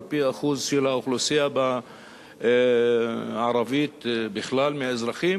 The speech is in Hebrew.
האחוז של האוכלוסייה הערבית מכלל האזרחים,